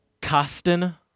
Kasten